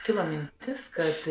kilo mintis kad